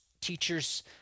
teachers